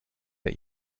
der